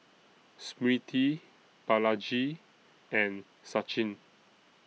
Smriti Balaji and Sachin